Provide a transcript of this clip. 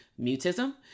mutism